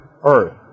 earth